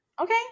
Okay